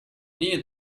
near